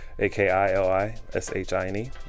A-K-I-L-I-S-H-I-N-E